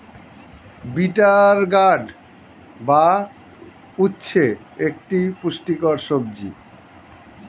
bitter gourd বা উচ্ছে একটি পুষ্টিকর সবজি